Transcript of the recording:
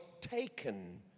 taken